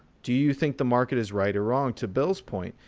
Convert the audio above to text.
do you think the market is right or wrong? to bill's point.